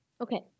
Okay